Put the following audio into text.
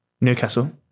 Newcastle